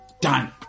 done